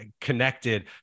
connected